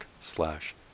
slash